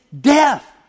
death